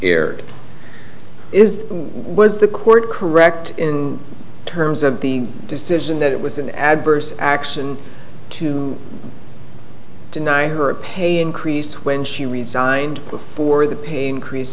that was the court correct in terms of the decision that it was an adverse action to deny her a pay increase when she resigned before the pain crease